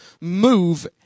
move